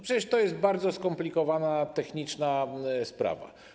Przecież to jest bardzo skomplikowana techniczna sprawa.